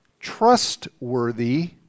trustworthy